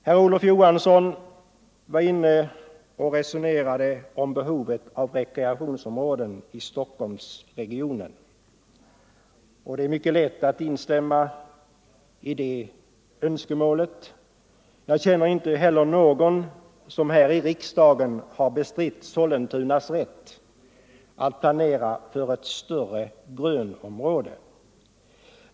Herr Olof Johansson i Stockholm resonerade om behovet av rekreationsområden i Stockholmsregionen, och det är mycket lätt att instämma i det önskemålet. Jag känner inte heller någon här i riksdagen som har bestritt Sollentunas rätt att planera för ett större grönområde.